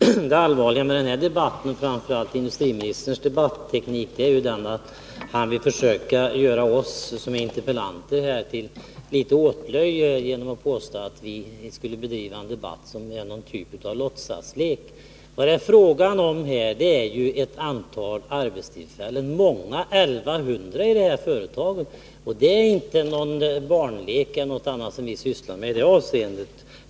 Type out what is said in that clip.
Herr talman! Det allvarliga med denna debatt, framför allt med industriministerns debatteknik, är att han vill försöka göra oss frågeställare till åtlöje genom att påstå att vi skulle bedriva en debatt som är ett slags låtsaslek. Vad det är fråga om är ett stort antal arbetstillfällen, 1100 i det här företaget. Det är inte någon barnlek som vi sysslar med i det avseendet.